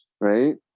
right